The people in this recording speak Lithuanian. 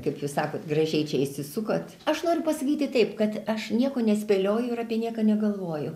kaip jūs sakot gražiai čia išsisukot aš noriu pasakyti taip kad aš nieko nespėlioju ir apie nieką negalvoju